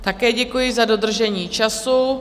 Také děkuji za dodržení času.